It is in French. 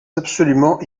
absolument